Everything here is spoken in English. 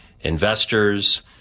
investors